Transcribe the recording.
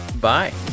Bye